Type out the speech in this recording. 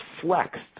flexed